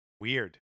Weird